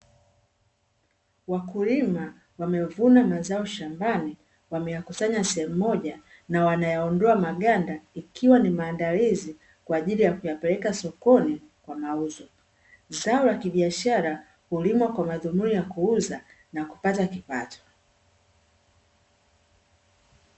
Wakulima wamevuna mazao shambani wameyakusanya sehemu moja na wanayaondoa maganda, ikiwa ni maandalizi kwa ajili ya kuyapeleka sokoni kwa mauzo, zao la kibiashara hulimwa kwa madhumuni ya kuuza na kupata kipato.